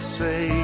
say